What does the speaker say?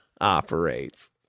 operates